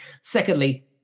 Secondly